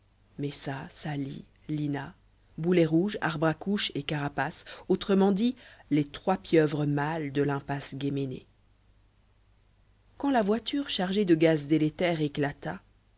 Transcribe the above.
messa sali lina boulet rouge arbre à couche et carapace autrement dit les trois pieuvres mâles de l'impasse guéménée quand la voiture chargée de gaz délétère éclata